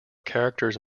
characters